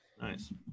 Nice